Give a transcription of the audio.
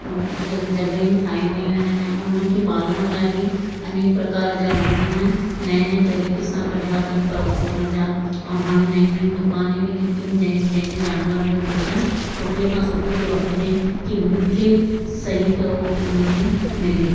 ज जॻहियूं ठाहियूं वियूं आहिनि अञा उन्हनि खे पालण लाइ बि अनेक प्रकार जा भोजन नए नए तरीक़े सां कढिया अथनि पर उन जा ऐं हाणे नयूं नयूं दुकानियूं बि निकितियूं आहिनि जे जंहिंजे जंहिंजे जानवरनि जो भोजन सुठे खां सुठो थो रखिजे की उन्हनि खे सही करोज उन में मिले